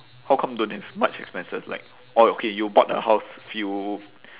how come don't have much expenses like orh okay you bought a house few